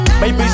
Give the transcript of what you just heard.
Baby